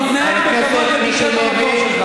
תתנהג בכבוד ותשב במקום שלך.